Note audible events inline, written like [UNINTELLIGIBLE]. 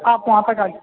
آپ وہاں پر [UNINTELLIGIBLE]